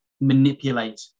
manipulate